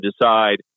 decide